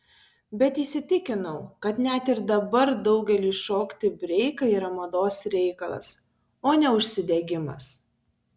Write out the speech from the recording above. bet įsitikinau kad net ir dabar daugeliui šokti breiką yra mados reikalas o ne užsidegimas